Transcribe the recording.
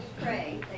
pray